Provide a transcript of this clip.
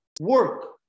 work